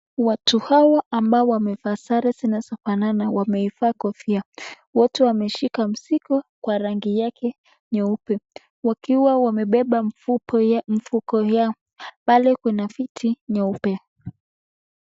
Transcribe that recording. Watu hawa ambao wamevaa sare zinazofanana, wamevaa kofia. Wote wameshika mizigo kwa rangi yake nyeupe, wakiwa wamebeba mifuko yao. Pale kwenye kuna viti nyeupe.